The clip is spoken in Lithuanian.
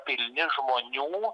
pilni žmonių